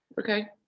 okay